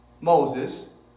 Moses